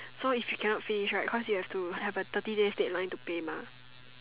so if you cannot finish right cause you have to have a thirty days deadline to pay mah